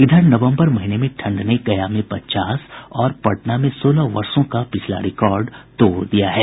इधर नवम्बर महीने में ठंड ने गया में पचास और पटना में सोलह वर्षों का पिछला रिकॉर्ड तोड़ दिया है